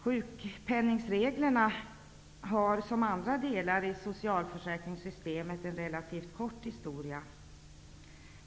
Sjukpenningsreglerna har, som andra delar i socialförsäkringssystemet, en relativt kort historia.